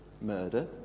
murder